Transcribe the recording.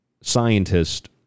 scientist